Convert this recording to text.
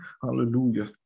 hallelujah